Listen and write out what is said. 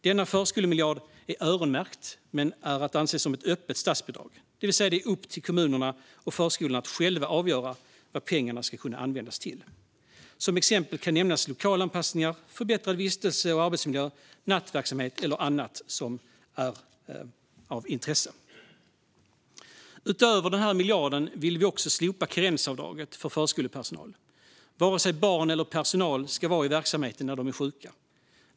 Denna förskolemiljard är öronmärkt men är att anse som ett öppet statsbidrag, det vill säga att det är upp till kommunerna och förskolorna att själva avgöra vad pengarna ska användas till. Som exempel kan nämnas lokalanpassningar, förbättrad vistelse och arbetsmiljö, nattverksamhet eller annat som är av intresse. Utöver denna miljard vill vi också slopa karensavdraget för förskolepersonal. Varken barn eller personal ska vara i verksamheten när de är sjuka.